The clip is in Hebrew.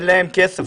אין להם כסף,